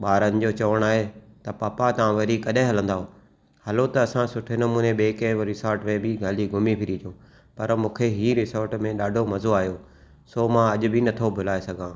ॿारनि जो चवणु आहे त पापा तव्हां वरी कॾहिं हलंदव हलो त असां सुठे नमूने ॿिए कंहिं वरी रिसोट में बि हली घुमी फिरी अचूं पर मूंखे हीअ रिसोट में ॾाढो मज़ो आयो छो मां अॼु बि नथो भुलाए सघां